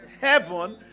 heaven